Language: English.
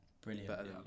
Brilliant